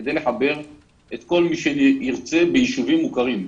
כדי לחבר כל מי שירצה ביישובים מוכרים.